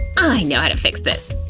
i know how to fix this.